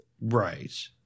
Right